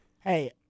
Hey